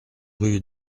rue